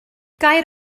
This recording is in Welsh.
gair